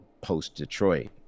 post-Detroit